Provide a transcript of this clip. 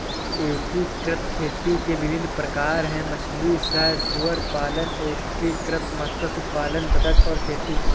एकीकृत खेती के विभिन्न प्रकार हैं मछली सह सुअर पालन, एकीकृत मत्स्य पालन बतख और खेती